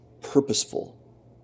purposeful